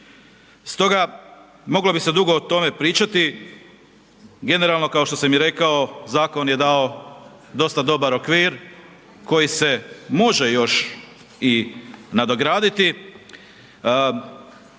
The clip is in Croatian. Stoga moglo bi se dugo o tome pričati, generalno kao što sam i rekao, zakon je dao dosta dobar okvir koji se može još i nadograditi.